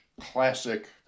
classic